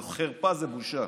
זו חרפה זו בושה.